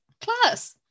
class